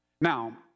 Now